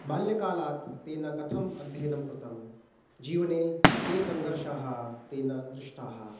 बाल्यकालात् तेन कथम् अध्ययनं कृतं जीवने के सङ्घर्षाः तेन दृष्टाः